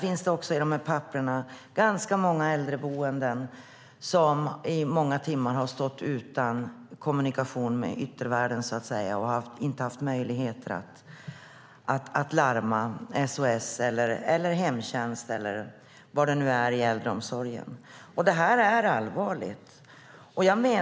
I de papper jag har här finns ganska många äldreboenden som i många timmar har stått utan kommunikation med yttervärlden. De har inte haft möjligheter att larma SOS eller hemtjänst eller vad det nu kan vara i äldreomsorgen. Detta är allvarligt.